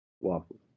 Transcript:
Waffles